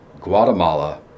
Guatemala